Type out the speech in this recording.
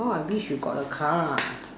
how I wish you got a car